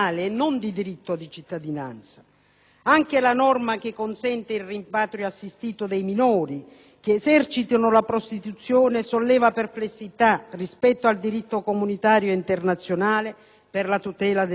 Anche la norma che consente il rimpatrio assistito dei minori che esercitino la prostituzione solleva perplessità rispetto al diritto comunitario e internazionale per la tutela del minore. E' di tutta evidenza